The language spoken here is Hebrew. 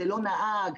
ללא נהג,